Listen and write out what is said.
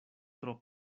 tro